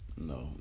No